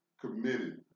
committed